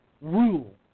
rule